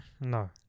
No